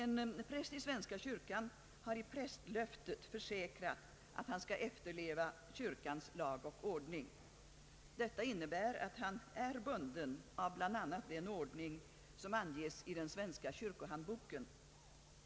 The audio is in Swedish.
En präst i svenska kyrkan har i prästlöftet försäkrat att han skall efterleva kyrkans lag och ordning. Detta innebär att han är bunden av bl.a. den ordning som anges i den svenska kyrkohandboken.